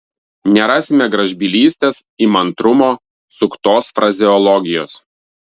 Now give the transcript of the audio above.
nerasime gražbylystės įmantrumo suktos frazeologijos